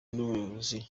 n’ubuyobozi